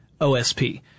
OSP